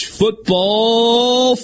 football